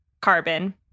carbon